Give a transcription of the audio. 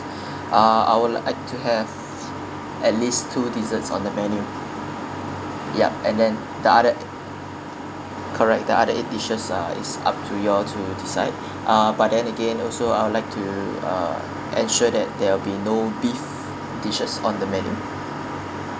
ah I would like to have at least two desserts on the menu yeah and then the other correct the other eight dishes uh is up to you all to decide ah but then again also I would like to uh ensure that there will be no beef dishes on the menu